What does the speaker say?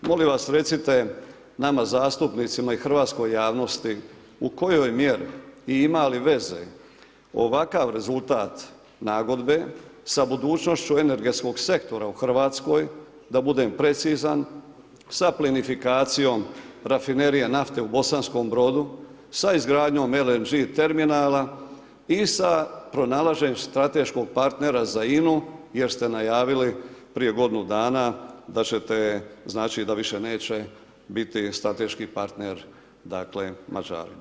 Molim vas recite nama zastupnicima i hrvatskoj javnosti u kojoj mjeri i ima li veze ovakav rezultat nagodbe sa budućnošću energetskog sektora u Hrvatskoj da budem precizan sa plinifikacijom Rafinerije nafte u Bosanskom Brodu, sa izgradnjom LNG terminala i sa pronalaženjem strateškog partnera za INA-u jer ste najavili prije godinu dana da ćete, znači da više neće biti strateški partner, dakle Mađari.